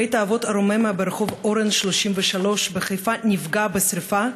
בית-האבות "רוממה" ברחוב אורן 33 בחיפה נפגע בשרפה.